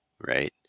Right